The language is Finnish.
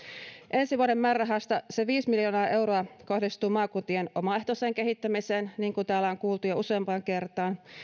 ensi vuoden määrärahasta se viisi miljoonaa euroa kohdistuu maakuntien omaehtoiseen kehittämiseen niin kuin täällä on kuultu jo useampaan kertaan